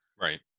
right